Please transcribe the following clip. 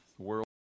world